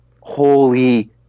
Holy